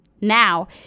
now